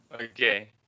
Okay